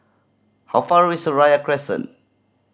how far away Seraya Crescent